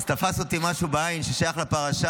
אז תפס אותי משהו בעין ששייך לפרשה